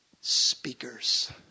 speakers